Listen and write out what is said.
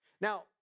Now